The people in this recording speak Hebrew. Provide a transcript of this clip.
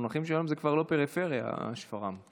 במונחים של היום זה כבר לא פריפריה, שפרעם.